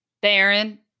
Baron